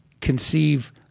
conceive